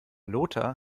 lothar